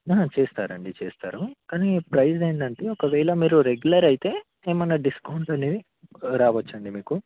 చేస్తారు అండి చేస్తారు కానీ ప్రైస్ ఏంటంటే ఒకవేళ మీరు రెగ్యులర్ అయితే ఏమన్న డిస్కౌంట్ అనేది రావచ్చు అండి మీకు